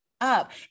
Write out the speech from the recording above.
up